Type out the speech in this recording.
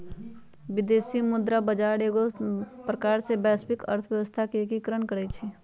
विदेशी मुद्रा बजार एगो प्रकार से वैश्विक अर्थव्यवस्था के एकीकरण करइ छै